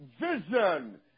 Vision